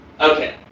Okay